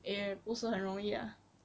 也不是很容易 ah